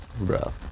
Bro